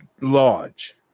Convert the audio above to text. large